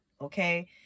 okay